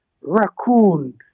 raccoon